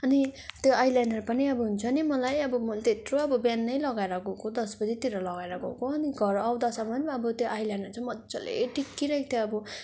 अनि त्यो eyeliner पनि अब हुन्छ नि मलाई अब मैले त्यत्रो अब बिहानै लगाएर गएको दस बजीतिर लगाएर गएको अनि घर आउँदासम्म अब त्यो आई लाइनर चाहिँ मज्जाले टिक्किरहेको थियो अब